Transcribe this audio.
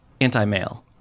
anti-male